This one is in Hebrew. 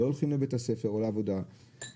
לא הולכים לבית הספר או לעבודה לשווא,